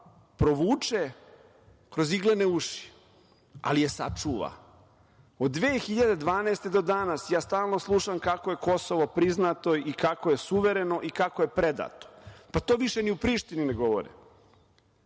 provuče kroz iglene uši, ali je sačuva. Od 2012. godine do danas ja stalno slušam kako je Kosovo priznato, kako je suvereno i kako je predato. To više ni u Prištini ne govore.